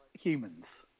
humans